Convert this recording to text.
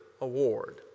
Award